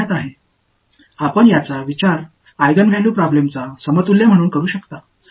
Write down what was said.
எனவே தெரியவில்லை இது ஒரு ஈஜென்வெல்யூ பிரச்சினைக்கு சமமானதாக நீங்கள் கருதலாம்